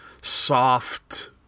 soft